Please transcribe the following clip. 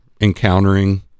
encountering